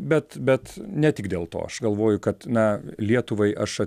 bet bet ne tik dėl to aš galvoju kad na lietuvai aš